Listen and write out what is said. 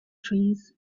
trees